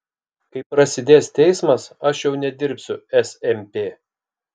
kai prasidės teismas aš jau nedirbsiu smp